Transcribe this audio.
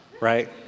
right